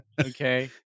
Okay